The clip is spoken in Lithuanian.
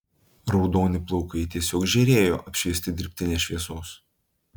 raudoni plaukai tiesiog žėrėjo apšviesti dirbtinės šviesos